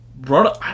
Run